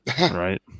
Right